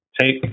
Take